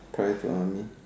prior to army